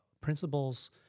principles